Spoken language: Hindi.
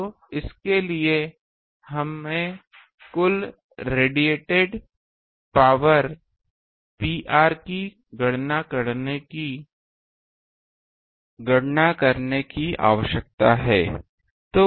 तो इसके लिए हमें कुल रेडिएटेड पावर Pr की गणना करने की आवश्यकता है